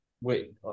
wait